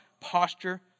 posture